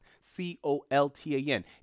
c-o-l-t-a-n